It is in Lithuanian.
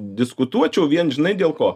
diskutuočiau vien žinai dėl ko